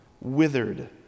withered